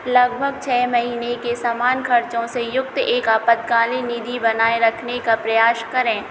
लगभग छ महीने के सामान्य खर्चों से युक्त एक आपातकालीन निधि बनाए रखने का प्रयास करें